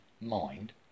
mind